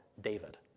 David